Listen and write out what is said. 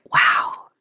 wow